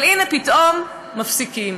אבל הנה, פתאום מפסיקים.